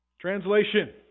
Translation